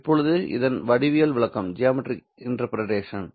இப்போது இதன் வடிவியல் விளக்கம் என்ன